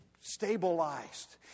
stabilized